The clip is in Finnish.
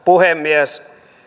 puhemies